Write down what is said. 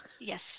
Yes